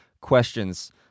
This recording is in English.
questions